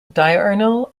diurnal